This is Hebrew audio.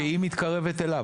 שהיא מתקרבת אליו.